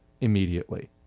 immediately